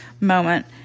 moment